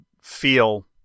feel